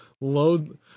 load